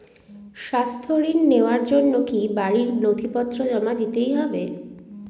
স্বাস্থ্য ঋণ নেওয়ার জন্য কি বাড়ীর নথিপত্র জমা দিতেই হয়?